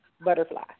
butterfly